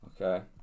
Okay